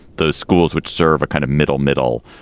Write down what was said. those schools, which serve a kind of middle middle,